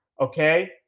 Okay